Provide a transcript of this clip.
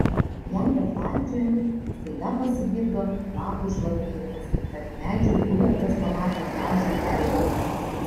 jam beklaidžiojant staiga pasigirdo lapų šlamėjimas ir tarp medžių hubertas pamatė gražų elnią